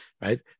Right